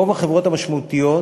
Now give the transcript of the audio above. רוב החברות המשמעותיות,